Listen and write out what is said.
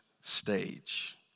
stage